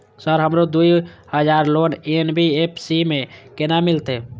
Sir हमरो दूय हजार लोन एन.बी.एफ.सी से केना मिलते?